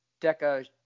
deca